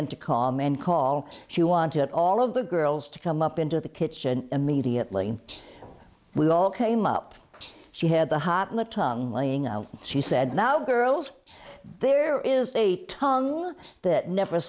call man call she wanted all of the girls to come up into the kitchen immediately we all came up she had the tongue laying out she said now girls there is a tongue that never